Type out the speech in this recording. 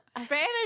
Spanish